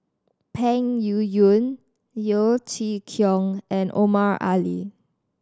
Peng Yuyun Yeo Chee Kiong and Omar Ali